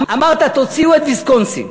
אמרת: תוציאו את ויסקונסין.